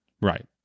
Right